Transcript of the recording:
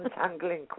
untangling